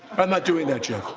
i'm not doing that you